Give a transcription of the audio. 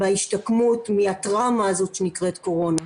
בהשתקמות מהטראומה הזאת שנקראת קורונה.